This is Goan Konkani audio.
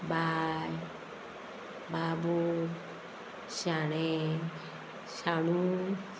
बाय बाबू श्याणें शाणू